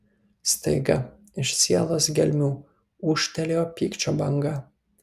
staiga iš sielos gelmių ūžtelėjo pykčio banga